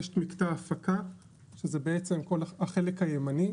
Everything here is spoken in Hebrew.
יש מקטע הפקה שזה בעצם כל החלק הימני.